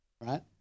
right